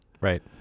right